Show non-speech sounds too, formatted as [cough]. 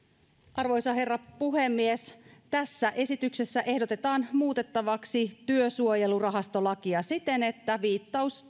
arvoisa herra puhemies tässä esityksessä ehdotetaan muutettavaksi työsuojelurahastolakia siten että viittaus [unintelligible]